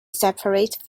separate